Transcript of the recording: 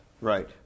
right